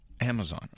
Amazon